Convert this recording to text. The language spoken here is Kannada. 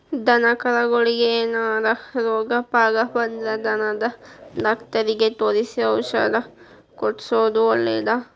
ದನಕರಗಳಿಗೆ ಏನಾರ ರೋಗ ಪಾಗ ಬಂದ್ರ ದನದ ಡಾಕ್ಟರಿಗೆ ತೋರಿಸಿ ಔಷಧ ಕೊಡ್ಸೋದು ಒಳ್ಳೆದ